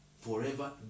forever